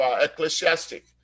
Ecclesiastic